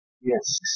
Yes